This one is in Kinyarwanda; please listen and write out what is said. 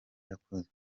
yakozwe